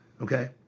Okay